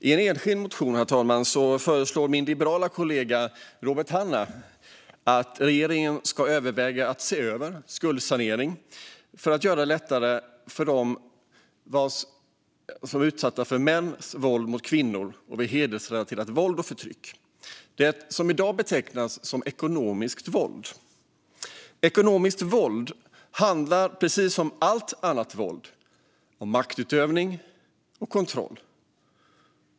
I en enskild motion, herr talman, föreslår min liberala kollega Robert Hannah att regeringen ska överväga att se över skuldsaneringen för att göra det lättare för dem som är utsatta för mäns våld mot kvinnor och hedersrelaterat våld och förtryck - det som i dag betecknas som ekonomiskt våld. Ekonomiskt våld handlar, precis som allt annat våld, om maktutövning och kontroll.